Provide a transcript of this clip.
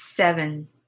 Seven